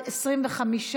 ועם ההסתייגות שנתקבלה, נתקבל.